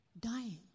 dying